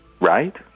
right